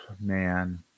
Man